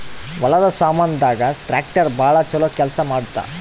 ಹೊಲದ ಸಾಮಾನ್ ದಾಗ ಟ್ರಾಕ್ಟರ್ ಬಾಳ ಚೊಲೊ ಕೇಲ್ಸ ಮಾಡುತ್ತ